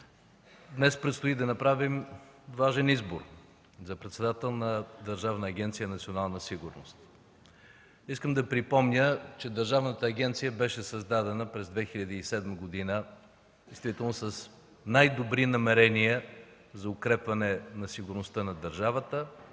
Днес предстои да направим важен избор за председател на Държавна агенция „Национална сигурност”. Искам да припомня, че държавната агенция беше създадена през 2007 г. действително с най-добри намерения за укрепване сигурността на държавата,